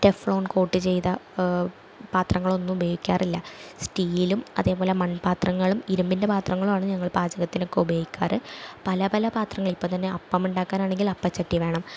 Teflon coat ചെയ്ത പാത്രങ്ങളോ ഒന്നും ഉപയോഗിക്കാറില്ല സ്റ്റീലും അതേപോലെ മൺപാത്രങ്ങളും ഇരുമ്പിൻ്റെ പാത്രങ്ങളുമാണ് ഞങ്ങൾ പാചകത്തിനൊക്കെ ഉപയോഗിക്കാറ് പലപല പാത്രങ്ങൾ ഇപ്പോത്തന്നെ അപ്പമിണ്ടാക്കാനാണെങ്കിൽ അപ്പച്ചട്ടി വേണം